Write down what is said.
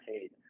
paid